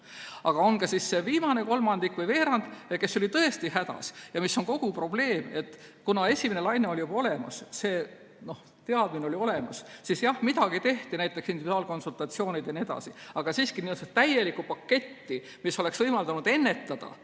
Aga on ka see viimane kolmandik või veerand, kes oli tõesti hädas. Ja mis on probleem? Kuna esimene laine oli juba olnud, see teadmine oli olemas, siis jah midagi tehti, näiteks individuaalkonsultatsioonid jne, aga siiski see täielik pakett, mis oleks võimaldanud ennetada